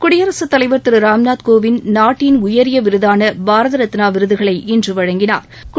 குடியரசுத் தலைவா் திரு ராம்நாத் கோவிந்த் நாட்டின் உயரிய விருதான பாரத ரத்னா விருதுகளை இன்று வழங்கினா்